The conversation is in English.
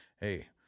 hey